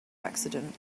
accident